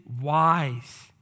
wise